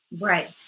right